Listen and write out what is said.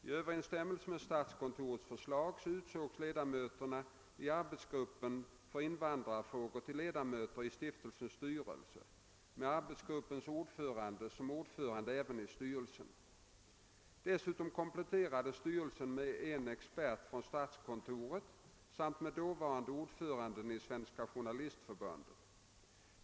I överenssetämmelse med statskontorets förslag utsågs ledamöterna i arbetsgruppen för invandrarfrågor till ledamöter i stiftelsens styrelse med arbetsgruppens ordförande som ordförande även i styrelsen. Dessutom kompletterades styrelsen med en expert från statskontoret samt med dåvarande ordföranden i Svenska journalistförbundet.